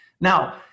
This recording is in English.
Now